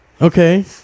Okay